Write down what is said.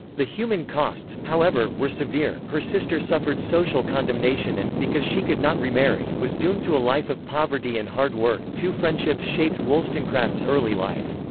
the human costs, however, were severe her sister suffered social condemnation and, because she could not remarry, was doomed to a life of poverty and hard work two friendships shaped wollstonecraft's early life.